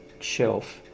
shelf